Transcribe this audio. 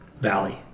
Valley